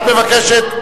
את מבקשת,